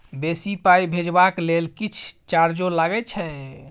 बेसी पाई भेजबाक लेल किछ चार्जो लागे छै?